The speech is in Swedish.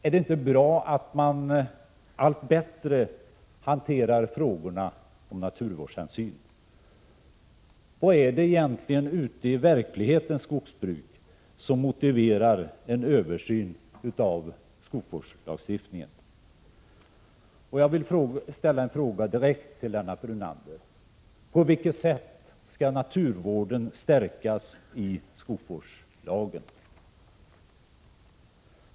Är det inte bra att man allt bättre hanterar frågorna om naturvårdshänsyn? Vad är det egentligen ute i verklighetens skogsbruk som motiverar en översyn av skogsvårdslagen? Jag vill ställa en fråga direkt till Lennart Brunander: På vilket sätt skall naturvården stärkas i skogsvårdslagen?